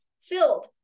filled